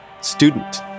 student